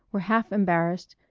were half embarrassed,